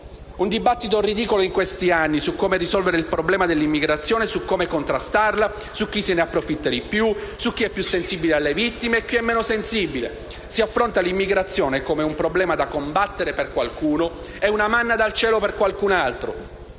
Un dibattito ridicolo in questi anni su come risolvere il problema dell'immigrazione, su come contrastarla, su chi se ne approfitta di più, su chi è più sensibile alle vittime e chi meno. Si affronta l'immigrazione come un problema da combattere per qualcuno e una manna dal cielo per qualcun altro;